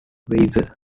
weiser